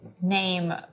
name